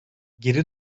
geri